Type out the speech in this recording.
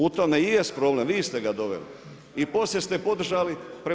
U tom i jest problem, vi ste ga doveli i poslije ste podržali.